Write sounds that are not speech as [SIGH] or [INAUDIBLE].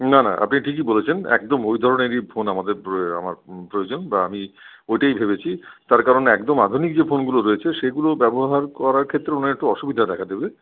না না আপনি ঠিকই বলেছেন একদম ওই ধরনেরই ফোন আমাদের [UNINTELLIGIBLE] আমার প্রয়োজন বা আমি ওটাই ভেবেছি তার কারণ একদম আধুনিক যেই ফোনগুলো রয়েছে সেগুলো ব্যবহার করার ক্ষেত্রে ওনার একটু অসুবিধা দেখা দেবে